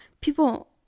people